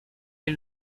est